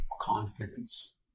confidence